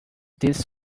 this